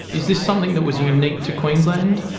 is this something that was unique to queensland?